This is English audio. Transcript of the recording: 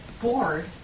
bored